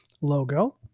logo